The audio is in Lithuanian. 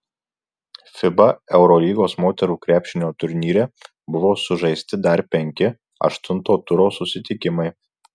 fiba eurolygos moterų krepšinio turnyre buvo sužaisti dar penki aštunto turo susitikimai